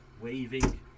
waving